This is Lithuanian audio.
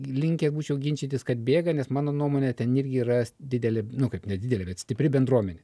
linkęs būčiau ginčytis kad bėga nes mano nuomone ten yra didelė nu kaip ne didelė bet stipri bendruomenė